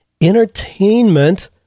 Entertainment